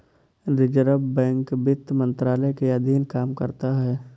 reserve Bank वित्त मंत्रालय के अधीन काम करता है